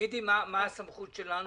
תגידי מה הסמכות שלנו,